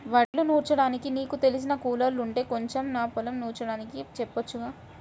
వడ్లు నూర్చడానికి నీకు తెలిసిన కూలోల్లుంటే కొంచెం నా పొలం నూర్చడానికి చెప్పొచ్చుగా